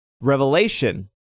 Revelation